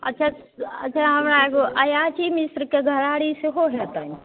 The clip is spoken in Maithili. अच्छा अँ अच्छा हमरा एगो अयाची मिश्रके घराड़ी सेहो भेटल यऽ